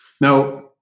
Now